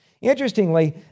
Interestingly